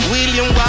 William